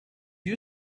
you